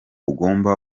ugomba